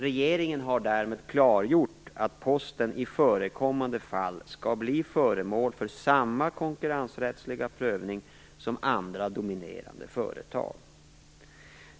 Regeringen har därmed klargjort att Posten i förekommande fall skall bli föremål för samma konkurrensrättsliga prövning som andra dominerande företag.